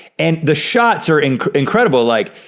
and the shots are and incredible, like,